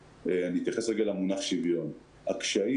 אני מבקש שתעבירו נתונים בצורה מסודרת על היקף סיוע המענקים,